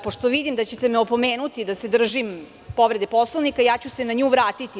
Pošto vidim da ćete me opomenuti da se držim povrede Poslovnika, ja ću se na nju vratiti.